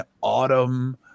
autumn